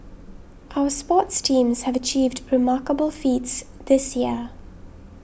our sports teams have achieved remarkable feats this year